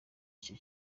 icyo